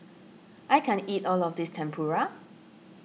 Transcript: I can't eat all of this Tempura